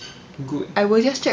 good